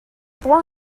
four